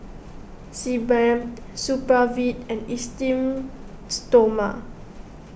Sebamed Supravit and Esteem Stoma